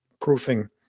proofing